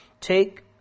take